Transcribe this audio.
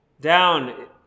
down